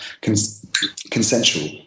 consensual